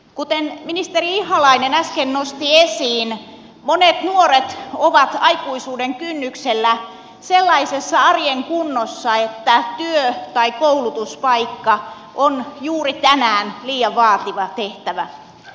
kuten ministeri ihalainen äsken nosti esiin monet nuoret ovat aikuisuuden kynnyksellä sellaisessa arjen kunnossa että työ tai koulutuspaikka on juuri tänään liian vaativa tehtävä